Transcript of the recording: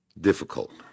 difficult